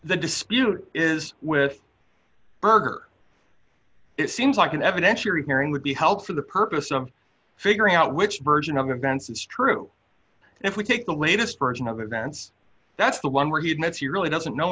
the dispute is with berger it seems like an evidentiary hearing would be held for the purpose of figuring out which version of events is true and if we take the latest version of events that's the one where he admits he really doesn't know